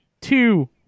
two